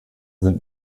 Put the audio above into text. sind